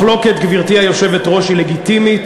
מחלוקת, גברתי היושבת-ראש היא לגיטימית,